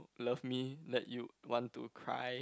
love me that you want to cry